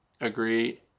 agree